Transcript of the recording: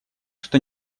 что